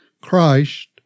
Christ